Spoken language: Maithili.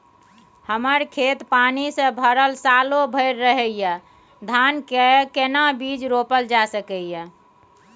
हमर खेत पानी से भरल सालो भैर रहैया, धान के केना बीज रोपल जा सकै ये?